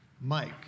Mike